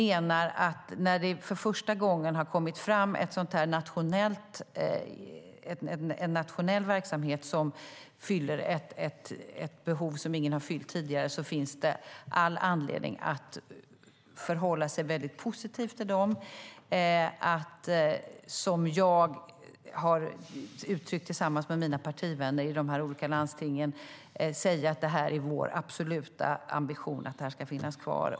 När det för första gången har kommit fram en nationell verksamhet som fyller ett behov som ingen har fyllt tidigare menar jag att det finns all anledning att förhålla sig väldigt positiv och att, som jag har uttryckt tillsammans med mina partivänner i de olika landstingen, säga att det är vår absoluta ambition att det här ska finnas kvar.